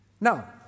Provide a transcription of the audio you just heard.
Now